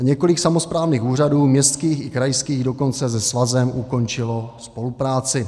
Několik samosprávných úřadů, městských i krajských, dokonce se svazem ukončilo spolupráci.